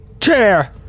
Chair